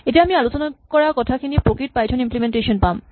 এতিয়া আমি আলোচনা কৰাখিনিৰ প্ৰকৃত পাইথন ইম্লিমেন্টেচন পাম